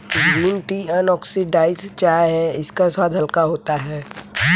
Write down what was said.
green tea unoxidised चाय है इसका स्वाद हल्का होता है